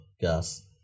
gas